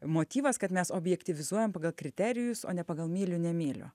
motyvas kad mes objektyvizuojam pagal kriterijus o ne pagal myliu nemyliu